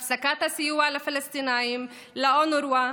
הפסקת הסיוע לפלסטינים ולאונר"א,